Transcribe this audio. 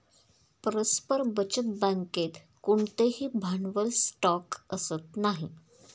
परस्पर बचत बँकेत कोणतेही भांडवल स्टॉक असत नाही